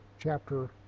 chapter